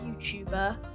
YouTuber